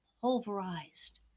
pulverized